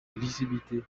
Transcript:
lisibilité